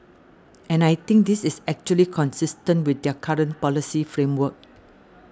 and I think this is actually consistent with their current policy framework